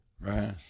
Right